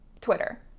Twitter